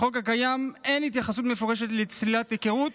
בחוק הקיים אין התייחסות מפורשת לצלילת היכרות.